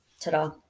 ta-da